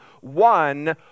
one